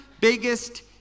biggest